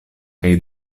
kaj